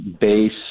Base